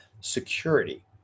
security